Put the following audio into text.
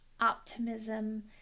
optimism